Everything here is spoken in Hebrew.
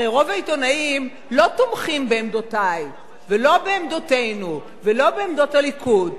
הרי רוב העיתונאים לא תומכים בעמדותי ולא בעמדותינו ולא בעמדות הליכוד.